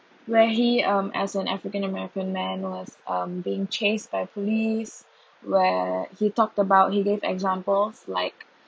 where he um as an african american man was um being chased by police where he talked about he gave examples like